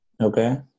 Okay